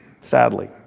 sadly